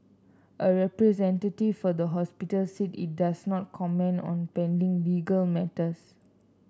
a representative for the hospital said it does not comment on pending legal matters